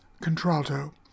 contralto